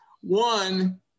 one